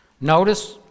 Notice